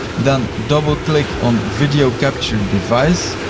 then double click on video capture device.